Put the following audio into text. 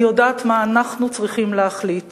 אני יודעת מה אנחנו צריכים להחליט